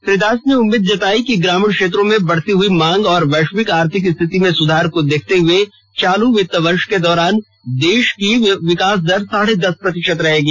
श्री दास ने उम्मीद जताई कि ग्रामीण क्षेत्रों में बढती हुई मांग और वैश्विक आर्थिक स्थिति में सुधार को देखते हुए चालू वित्त् वर्ष के दौरान देश की विकास दर साढे दस प्रतिशत रहेगी